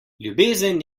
ljubezen